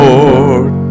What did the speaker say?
Lord